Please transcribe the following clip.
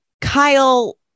Kyle